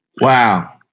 Wow